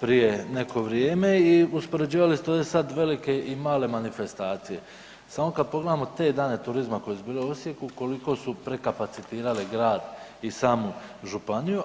prije neko vrijeme i uspoređivali ste ovdje sad velike i male manifestacije, samo kada pogledamo te Dane turizma koji su bili u Osijeku koliko su prekapacitirali grad i samu županiju.